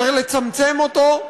צריך לצמצם אותו,